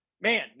man